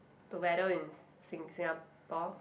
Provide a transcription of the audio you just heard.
the weather in Sing~ Singapore